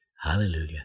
Hallelujah